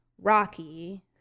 Rocky